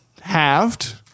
Halved